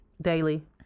Daily